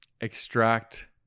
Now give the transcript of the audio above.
extract